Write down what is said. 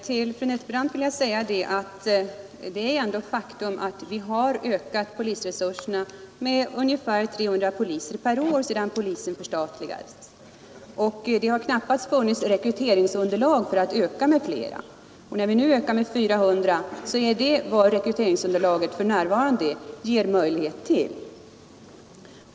Till fru Nettelbrandt vill jag säga att det ändå är ett faktum att vi har ökat polisresurserna med ungefär 300 poliser per år sedan polisen förstatligades. Det har knappats funnits rekryteringsunderlag för att öka med flera. När vi nu ökar med 400 är det vad rekryteringsunderlaget för närvarande ger möjlighet till.